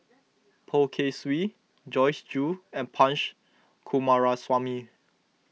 Poh Kay Swee Joyce Jue and Punch Coomaraswamy